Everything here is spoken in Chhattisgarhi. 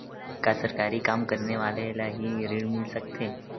का सरकारी काम करने वाले ल हि ऋण मिल सकथे?